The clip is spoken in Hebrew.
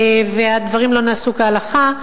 והדברים לא נעשו כהלכה.